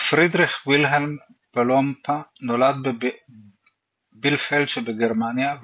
פרידריך וילהלם פלומפה נולד בבילפלד שבגרמניה,